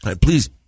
Please